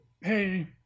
hey